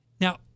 now